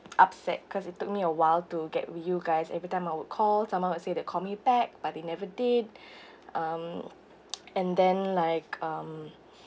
upset cause it took me a while to get you guys every time I would call someone will say they'd call me back but they never did um and then like um